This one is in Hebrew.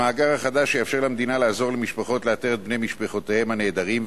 המאגר החדש יאפשר למדינה לעזור למשפחות לאתר את בני משפחתם הנעדרים,